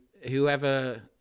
whoever